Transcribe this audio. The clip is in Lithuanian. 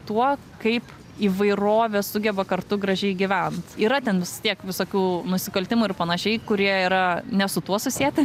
tuo kaip įvairovė sugeba kartu gražiai gyvent yra ten vis tiek visokių nusikaltimų ir panašiai kurie yra ne su tuo susieti